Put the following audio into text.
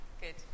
Good